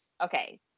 Okay